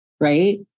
right